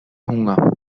hunger